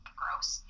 gross